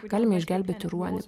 galima išgelbėti ruonį